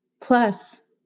Plus